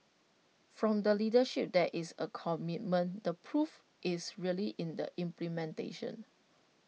from the leadership there is A commitment the proof is really in the implementation